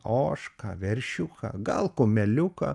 ožką veršiuką gal kumeliuką